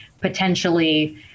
Potentially